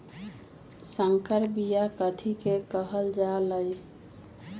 संकर बिया कथि के कहल जा लई?